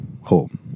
Home